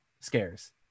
scares